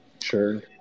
sure